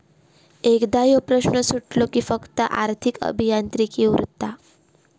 एकदा ह्यो प्रश्न सुटलो कि फक्त आर्थिक अभियांत्रिकी उरता